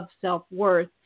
self-worth